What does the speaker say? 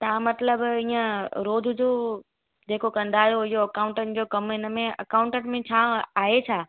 तव्हां मतिलब ईअं रोज जो जेको कंदा आहियो इयो अकाउंटनि जो कमु इनमें अकाउंटनि में छा आहे छा